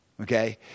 Okay